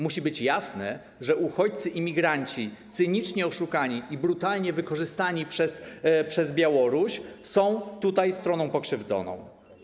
Musi być jasne, że uchodźcy, imigranci cynicznie oszukani i brutalnie wykorzystani przez Białoruś są tutaj stroną pokrzywdzoną.